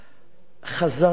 חזרנו לנקודת ההתחלה.